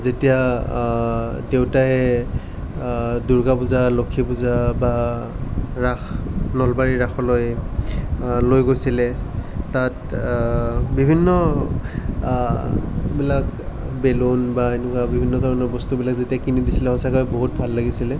যেতিয়া দেউতাই দুৰ্গা পূজা লক্ষ্মী পূজা বা ৰাস নলবাৰী ৰাসলৈ লৈ গৈছিলে তাত বিভিন্ন বিলাক বেলুন বা এনেকুৱা বিভিন্ন ধৰণৰ বস্তুবিলাক যেতিয়া কিনি দিছিলে সঁচাকৈ বহুত ভাল লাগিছিলে